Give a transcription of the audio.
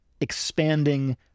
expanding